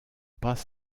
pas